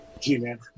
G-Man